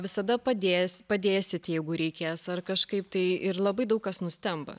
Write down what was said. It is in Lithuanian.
visada padės padėsit jeigu reikės ar kažkaip tai ir labai daug kas nustemba